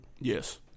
Yes